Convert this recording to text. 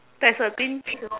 there's a green thing